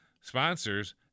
sponsors